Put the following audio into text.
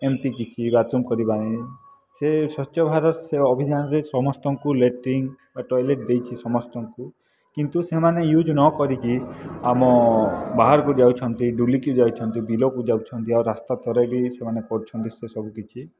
ଏମିତିକି କରିବାନି ସେ ସ୍ୱଚ୍ଛ ଭାରତ ସେ ଅଭିଯାନରେ ସମସ୍ତଙ୍କୁ ଲେଟ୍ରିନ୍ ବା ଟଏଲେଟ୍ ଦେଇଛି ସମସ୍ତଙ୍କୁ କିନ୍ତୁ ସେମାନେ ୟୁଜ୍ ନ କରିକି ଆମ ବାହାରକୁ ଯାଉଛନ୍ତି ବୁଲିକି ଯାଉଛନ୍ତି ବିଲକୁ ଯାଉଛନ୍ତି ରାସ୍ତା ତରେ ବି ସେମାନେ କରୁଛନ୍ତି ସେ ସବୁକିଛି